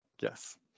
Yes